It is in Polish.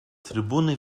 trybuny